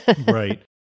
Right